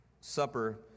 supper